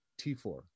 T4